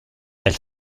elle